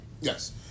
Yes